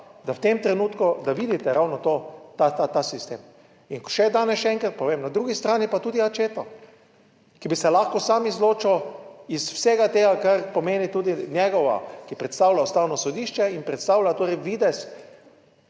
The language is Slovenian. da v tem trenutku, da vidite ravno to. Ta sistem. In še danes, še enkrat povem, na drugi strani pa tudi Accetto, ki bi se lahko sam izločil iz vsega tega, kar pomeni tudi njegova, ki predstavlja Ustavno sodišče in predstavlja torej